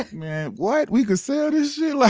man what, we can sell this shit. like